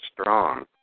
strong